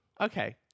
Okay